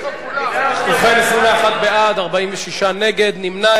ובכן, 21 בעד, 46 נגד, נמנע אחד.